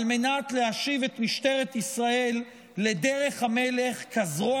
על מנת להשיב את משטרת ישראל לדרך המלך כזרוע